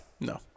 No